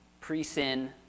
Pre-sin